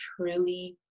truly